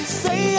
say